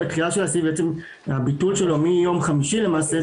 בעצם הביטול שלו מיום חמישי למעשה,